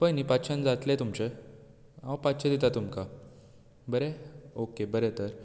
पळय न्ही पांचशांक जातले तुमचें हांव पांचशें दितां तुमकां बरें ओके बरें तर